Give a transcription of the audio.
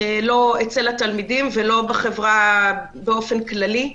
לא אצל התלמידים ולא בחברה באופן כללי.